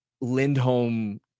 Lindholm